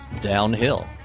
downhill